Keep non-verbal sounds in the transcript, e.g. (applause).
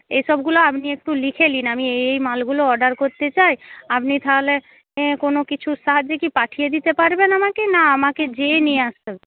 এসবগুলো আপনি একটু লিখে নিন আপনি এই এই মালগুলো অর্ডার করতে চাই আপনি তাহলে (unintelligible) কোনো কিছুর সাহায্যে কি পাঠিয়ে দিতে পারবেন আমাকে না আমাকে গিয়েই নিয়ে আসতে (unintelligible)